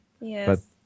Yes